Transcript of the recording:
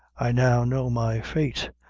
i now know my fate,